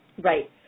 Right